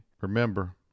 Remember